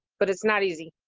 but it's not easy.